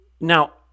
Now